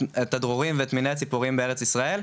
הדרורים ואת מיני הציפורים בארץ ישראל,